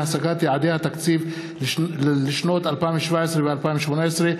להשגת יעדי התקציב לשנות 2017 ו-2018),